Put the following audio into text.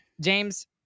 james